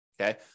Okay